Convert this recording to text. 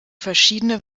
verschiedene